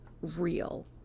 real